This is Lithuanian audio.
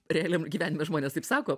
realiam gyvenime žmonės taip sako